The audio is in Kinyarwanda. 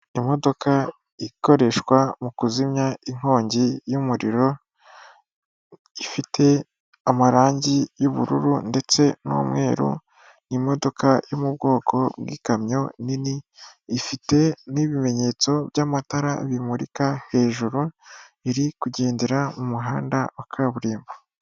Imodoka ikoreshwa mu kuzimya inkongi y'umuriro, ifite amarangi y'ubururu ndetse n'umweru, imodoka yo mu bwoko bw'ikamyo nini, ifite n'ibimenyetso by'amatara bimurika hejuru, iri kugendera mu muhanda wa kaburimbo.